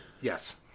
Yes